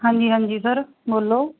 ਹਾਂਜੀ ਹਾਂਜੀ ਸਰ ਬੋਲੋ